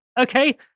okay